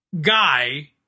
guy